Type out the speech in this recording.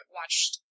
watched